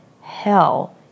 hell